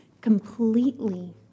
completely